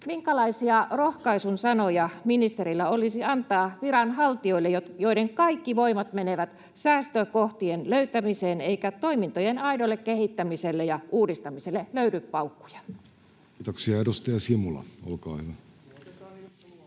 Minkälaisia rohkaisun sanoja ministereillä olisi antaa viranhaltijoille, joiden kaikki voimat menevät säästökohtien löytämiseen, eikä toimintojen aidolle kehittämiselle ja uudistamiselle löydy paukkuja? [Speech 91] Speaker: